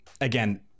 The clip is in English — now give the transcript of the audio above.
again